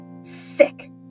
Sick